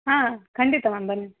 ಹಾಂ ಖಂಡಿತ ಮ್ಯಾಮ್ ಬನ್ನಿ